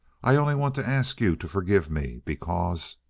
i only want to ask you to forgive me, because